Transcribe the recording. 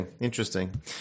interesting